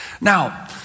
Now